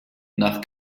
nach